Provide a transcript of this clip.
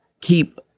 keep